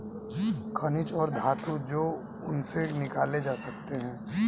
खनिज और धातु जो उनसे निकाले जा सकते हैं